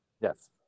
yes